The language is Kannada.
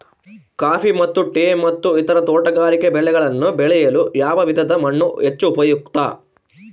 ಕಾಫಿ ಮತ್ತು ಟೇ ಮತ್ತು ಇತರ ತೋಟಗಾರಿಕೆ ಬೆಳೆಗಳನ್ನು ಬೆಳೆಯಲು ಯಾವ ವಿಧದ ಮಣ್ಣು ಹೆಚ್ಚು ಉಪಯುಕ್ತ?